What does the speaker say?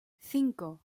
cinco